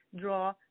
draw